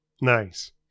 Nice